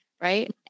right